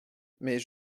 mais